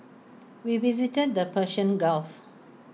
we visited the Persian gulf